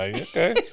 okay